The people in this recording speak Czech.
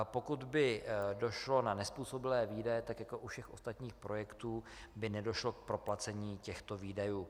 Pokud by došlo na nezpůsobilé výdaje, jako u všech ostatních projektů by nedošlo k proplacení těchto výdajů.